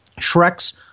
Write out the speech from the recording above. Shrek's